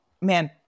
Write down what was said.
man